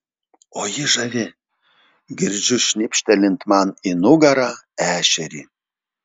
o ji žavi girdžiu šnipštelint man į nugarą ešerį